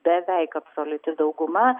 beveik absoliuti dauguma